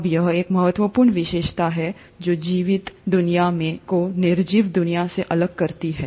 अब यह एक महत्वपूर्ण विशेषता है जो जीवित दुनिया को निर्जीव दुनिया से अलग करती है